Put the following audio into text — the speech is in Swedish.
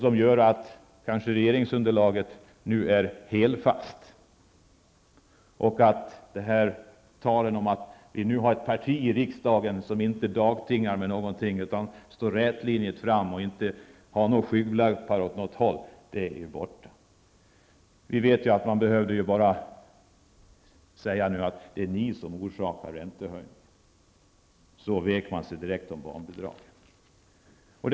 Det gör att regeringsunderlaget kanske nu är helfast. Talet om att vi har ett parti i riksdagen som inte dagtingar med någonting utan går rätlinjigt fram och inte har några skygglappar åt något håll, det är borta. Vi vet att man behövde säga: Det är ni som orsakat räntehöjningen. Då vek de sig om barnbidragen.